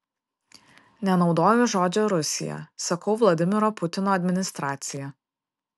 nenaudoju žodžio rusija sakau vladimiro putino administracija